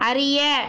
அறிய